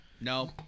No